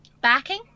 backing